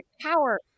power